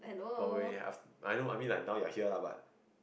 while we af~ I know I mean like now you are here lah but